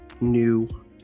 new